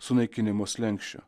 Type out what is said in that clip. sunaikinimo slenksčio